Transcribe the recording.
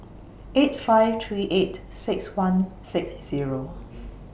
eight five three eight six one six Zero